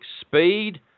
speed